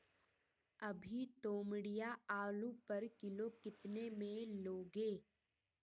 अभी तोमड़िया आलू पर किलो कितने में लोगे?